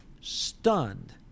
stunned